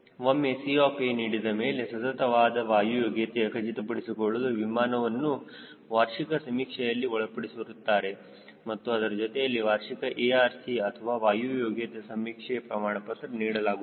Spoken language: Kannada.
ಒಮ್ಮೆ C ಆಫ್ A ನೀಡಿದಮೇಲೆ ಸತತವಾದ ವಾಯು ಯೋಗ್ಯತೆಯನ್ನು ಖಚಿತಪಡಿಸಿಕೊಳ್ಳಲು ವಿಮಾನವನ್ನು ವಾರ್ಷಿಕ ಸಮೀಕ್ಷೆಯಲ್ಲಿ ಒಳಪಡಿಸುತ್ತಾರೆ ಮತ್ತು ಅದರ ಜೊತೆಯಲ್ಲಿ ವಾರ್ಷಿಕ ARC ಅಥವಾ ವಾಯು ಯೋಗ್ಯತೆ ಸಮೀಕ್ಷೆಯ ಪ್ರಮಾಣಪತ್ರ ನೀಡಲಾಗುತ್ತದೆ